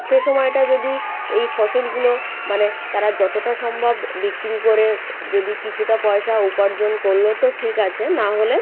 সে সময়টা যদি এই ফসলগুলো মানে তারা যতটা সম্ভব বিক্রি করে যদি কিছুটা পয়সা উপার্জন করল তো ঠিক আছে না হলে